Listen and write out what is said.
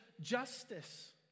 justice